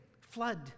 flood